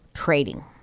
trading